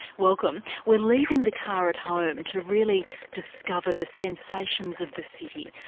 welcome. we're leaving the car at home to really discover the sensations of the city,